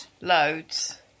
Loads